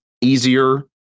easier